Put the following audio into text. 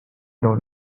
dans